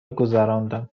گذراندم